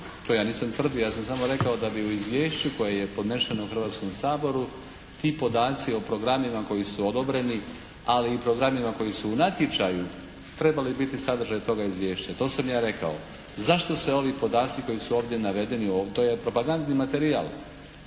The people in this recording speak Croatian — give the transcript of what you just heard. To ja nisam tvrdio. Ja sam samo rekao da bi u izvješću koje je podnešeno Hrvatskom saboru, ti podaci o programima koji su odobreni ali i programima koji su u natječaju trebali biti sadržaj toga izvješća. To sam ja rekao. Zašto se ovi podaci koji su ovdje navedeni, to je propagandni materijal.